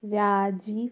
രാജി